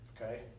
okay